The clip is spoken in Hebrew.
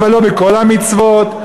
אבל לא בכל המצוות,